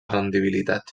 rendibilitat